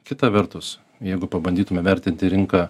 kita vertus jeigu pabandytume vertinti rinka